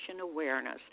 awareness